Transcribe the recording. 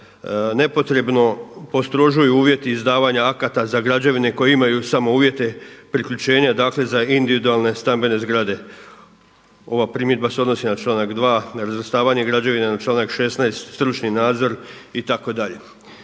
nepotrebno postrožuju uvjeti izdavanja akata za građevine koje imaju samo uvjete priključenja, dakle za individualne stambene zgrade. Ova primjedba se odnosi na članak 2. na razvrstavanje građevina, na članak 16. stručni nadzor itd.